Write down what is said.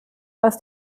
aus